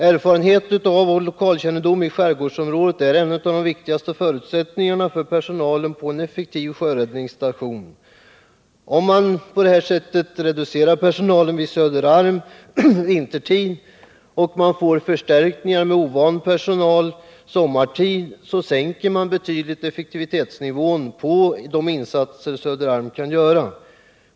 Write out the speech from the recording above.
Erfarenhet av och lokalkännedom om skärgårdsområdet är en av de viktigaste förutsättningarna hos personalen på en effektiv sjöräddningsstation. Om man på detta sätt vintertid reducerar personalen på Söderarm och sommartid får förstärkningar med ovan personal, sänks effektivitetsnivån betydligt på de insatser som Söderarm kan göra.